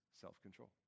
self-control